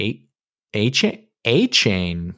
A-Chain